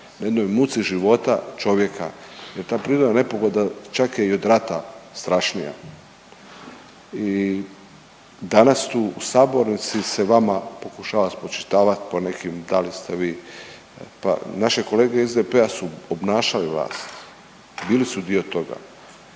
na jednoj muci života čovjeka jer ta prirodna nepogoda čak je i od rata strašnija. I danas tu u sabornici se vama pokušava spočitavati po nekim, da li ste vi, pa naše kolege iz SDP-a su obnašali vlast, bili su dio toga,